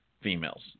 females